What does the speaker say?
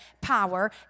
power